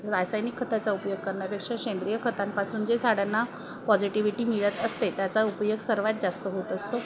रासायनिक खताचा उपयोग करण्यापेक्षा सेंद्रिय खतांपासून जे झाडांना पॉजिटिव्हिटी मिळत असते त्याचा उपयोग सर्वात जास्त होत असतो